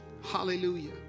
hallelujah